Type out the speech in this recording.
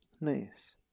Nice